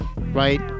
right